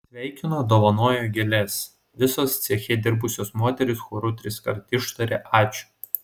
sveikino dovanojo gėles visos ceche dirbusios moterys choru triskart ištarė ačiū